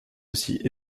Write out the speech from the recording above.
aussi